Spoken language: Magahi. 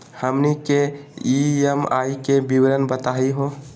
हमनी के ई.एम.आई के विवरण बताही हो?